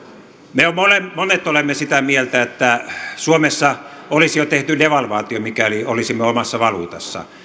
me monet olemme sitä mieltä että suomessa olisi jo tehty devalvaatio mikäli olisimme omassa valuutassa